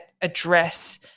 address